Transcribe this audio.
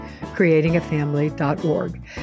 CreatingAfamily.org